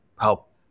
help